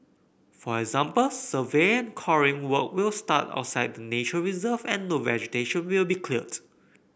for example survey and coring work will start outside the nature reserve and no vegetation will be cleared